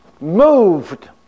moved